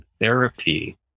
therapy